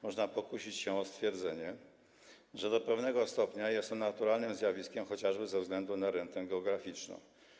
Można pokusić się o stwierdzenie, że do pewnego stopnia jest to naturalne zjawisko, chociażby ze względu na rentę geograficzną.